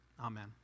Amen